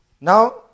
now